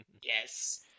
Yes